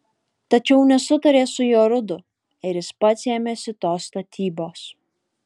tačiau nesutarė su jorudu ir jis pats ėmėsi tos statybos